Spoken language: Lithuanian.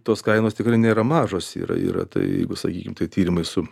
tos kainos tikrai nėra mažos yra yra tai jeigu sakykim tai tyrimui su